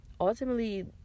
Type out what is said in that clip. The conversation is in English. ultimately